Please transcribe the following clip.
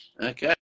Okay